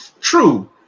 true